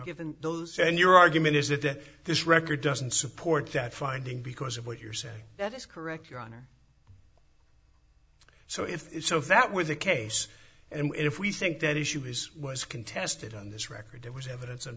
given those and your argument is that this record doesn't support that finding because of what you're saying that is correct your honor so if so if that were the case and if we think that issue is was contested on this record there was evidence on